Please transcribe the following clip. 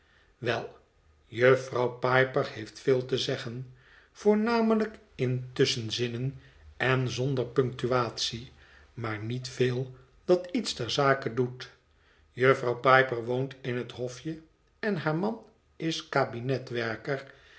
wel jufvrouw piper heeft veel te zeggen voornamelijk in tusschenzinnen en zonder punctuatie maar niet veel dat iets ter zake doet jufvrouw piper woont in het hofje en haar man is